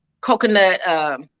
Coconut